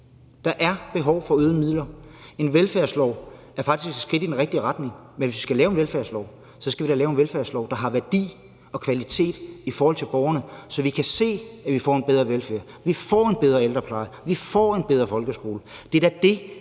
Der er behov for øgede midler til velfærd. En velfærdslov er faktisk et skridt i den rigtige retning, men hvis vi skal lave en velfærdslov, skal vi da lave en velfærdslov, der har værdi og kvalitet for borgerne, så vi kan se, at vi får en bedre velfærd, at vi får en bedre ældrepleje, at vi får en bedre folkeskole.